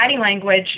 language